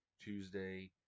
Tuesday